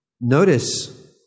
notice